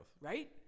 Right